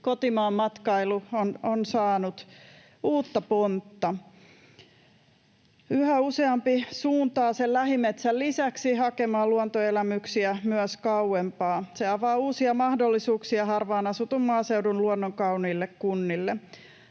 kotimaan matkailu on saanut uutta pontta. Yhä useampi suuntaa lähimetsän lisäksi hakemaan luontoelämyksiä myös kauempaa. Se avaa uusia mahdollisuuksia harvaan asutun maaseudun luonnonkauniille kunnille.